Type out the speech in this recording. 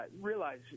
realize